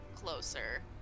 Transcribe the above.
Closer